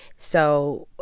so